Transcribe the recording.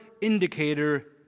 indicator